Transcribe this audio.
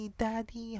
daddy